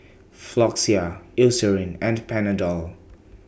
Floxia Eucerin and Panadol